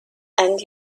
and